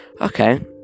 okay